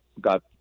got